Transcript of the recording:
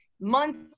months